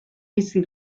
bizi